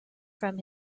from